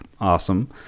Awesome